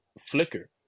flicker